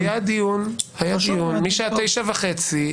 היה דיון מהשעה 09:30,